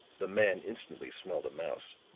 the man instantly smelled a mouse.